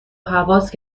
هواس